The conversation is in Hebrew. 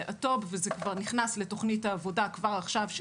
זה כבר נכנס לתוכנית העבודה כבר עכשיו.